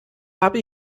habe